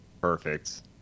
Perfect